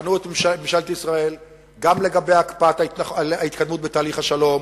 יבחנו את ממשלת ישראל גם לגבי ההתקדמות בתהליך השלום,